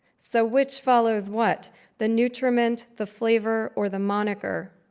so which follows what the nutriment, the flavor, or the moniker?